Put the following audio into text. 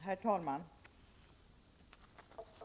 Herr talman!